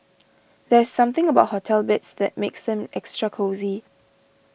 there's something about hotel beds that makes them extra cosy